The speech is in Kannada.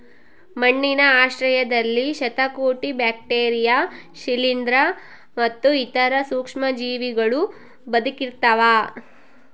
ಮಣ್ಣಿನ ಆಶ್ರಯದಲ್ಲಿ ಶತಕೋಟಿ ಬ್ಯಾಕ್ಟೀರಿಯಾ ಶಿಲೀಂಧ್ರ ಮತ್ತು ಇತರ ಸೂಕ್ಷ್ಮಜೀವಿಗಳೂ ಬದುಕಿರ್ತವ